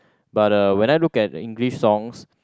but uh when I look at English songs